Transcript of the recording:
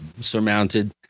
surmounted